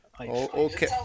Okay